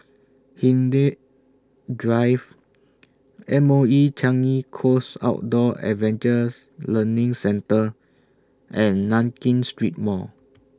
Hindhede Drive M O E Changi Coast Outdoor Adventure Learning Centre and Nankin Street Mall